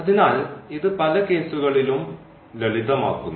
അതിനാൽ ഇത് പല കേസുകളിലും ലളിതമാക്കുന്നു